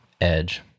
Edge